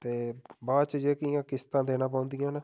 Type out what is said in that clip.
ते बाद च जेह्कियां किस्तां देना पौंदियां न